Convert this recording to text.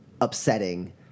upsetting